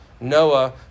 Noah